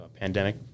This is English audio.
pandemic